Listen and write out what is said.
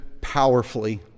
powerfully